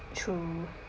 true